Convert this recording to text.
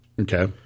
Okay